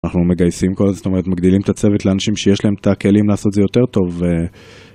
אנחנו מגייסים כל זה, זאת אומרת, מגדילים את הצוות לאנשים שיש להם את הכלים לעשות זה יותר טוב.